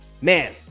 Man